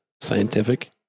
scientific